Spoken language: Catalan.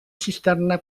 cisterna